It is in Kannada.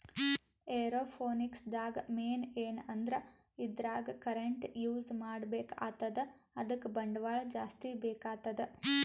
ಏರೋಪೋನಿಕ್ಸ್ ದಾಗ್ ಮೇನ್ ಏನಂದ್ರ ಇದ್ರಾಗ್ ಕರೆಂಟ್ ಯೂಸ್ ಮಾಡ್ಬೇಕ್ ಆತದ್ ಅದಕ್ಕ್ ಬಂಡವಾಳ್ ಜಾಸ್ತಿ ಬೇಕಾತದ್